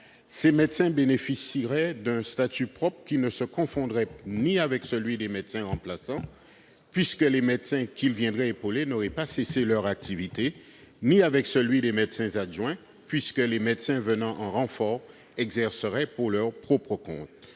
Ces médecins bénéficieraient d'un statut propre qui ne se confondrait ni avec celui des médecins remplaçants, puisque les médecins qu'ils viendraient épauler ne cesseraient pas leur activité, ni avec celui des médecins adjoints, puisque les médecins venant en renfort exerceraient pour leur propre compte.